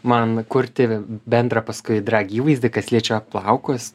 man kurti bendrą paskui drag įvaizdį kas liečia plaukus